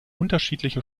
unterschiedliche